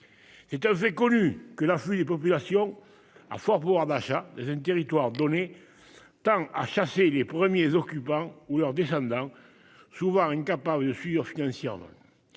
C'est un fait connu que la fouille des populations à fort pouvoir d'achat un territoire donné tant à chasser les premiers occupants ou leurs descendants souvent incapables de fuir financière.